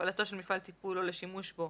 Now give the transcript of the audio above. להפעלתו של מפעל טיפול או לשימוש בו